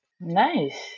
nice